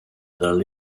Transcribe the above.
dalla